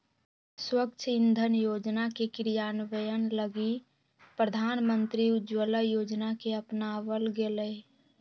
स्वच्छ इंधन योजना के क्रियान्वयन लगी प्रधानमंत्री उज्ज्वला योजना के अपनावल गैलय